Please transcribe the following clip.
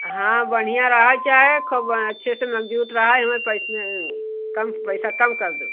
हाँ बढ़िया रह चाहे ख़ूब अच्छे से मज़बूत रह यह पैसे कम पैसा कम कर दो